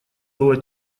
была